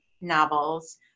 novels